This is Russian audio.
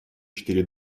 четыре